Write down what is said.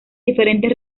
diferentes